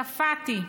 קפאתי.